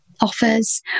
offers